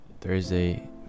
Thursday